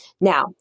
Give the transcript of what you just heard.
Now